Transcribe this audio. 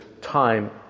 time